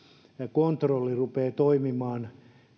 kontrolli rupeaa toimimaan